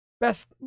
best